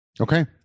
Okay